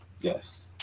yes